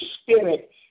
spirit